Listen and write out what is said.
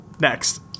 Next